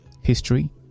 history